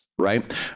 Right